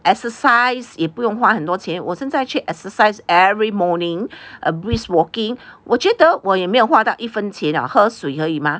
exercise 也不用花很多钱我现在去 exercise every morning err brisk walking 我觉得我也没有花到一分钱了喝水而以吗